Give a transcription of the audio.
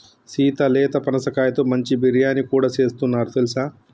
సీత లేత పనసకాయతో మంచి బిర్యానీ కూడా సేస్తున్నారు తెలుసా